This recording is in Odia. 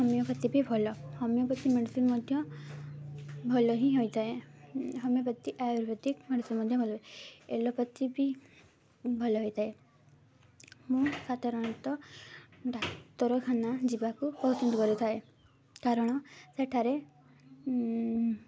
ହୋମିଓପାଥି ବି ଭଲ ହୋମିଓପାଥି ମେଡ଼ିସିନ୍ ମଧ୍ୟ ଭଲ ହିଁ ହୋଇଥାଏ ହୋମିଓପାଥି ଆୟୁର୍ବେଦିକ ମେଡ଼ିସିନ୍ ମଧ୍ୟ ଭଲ ଏଲୋପାଥି ବି ଭଲ ହୋଇଥାଏ ମୁଁ ସାଧାରଣତଃ ଡାକ୍ତରଖାନା ଯିବାକୁ ପସନ୍ଦ କରିଥାଏ କାରଣ ସେଠାରେ